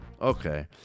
Okay